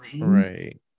Right